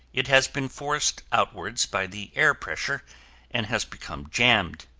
it has been forced outwards by the air pressure and has become jammed.